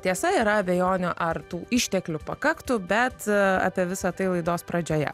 tiesa yra abejonių ar tų išteklių pakaktų bet apie visa tai laidos pradžioje